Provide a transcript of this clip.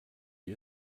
wie